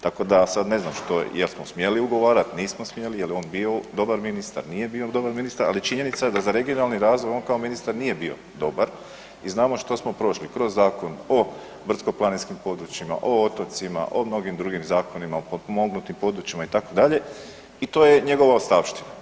Tako da sad ne znam jel smo smjeli ugovarat, nismo smjeli, je li on bio dobar ministar, nije bio dobar ministar, ali je činjenica da za regionalni razvoj on kao ministar nije bio dobar i znamo što smo prošli, kroz Zakon o brdsko-planinskim područjima, o otocima, o mnogim drugim zakonima, o potpomognutim područjima itd., i to je njegova ostavština.